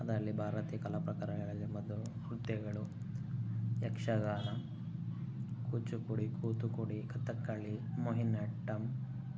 ಅದರಲ್ಲಿ ಭಾರತೀಯ ಕಲಾ ಪ್ರಕಾರಗಳಲ್ಲಿ ಮೊದಲು ಹುದ್ದೆಗಳು ಯಕ್ಷಗಾನ ಕೂಚಿಪುಡಿ ಕೂತುಕುಡಿ ಕಥಕ್ಕಳಿ ಮೋಹಿನಟ್ಟಮ್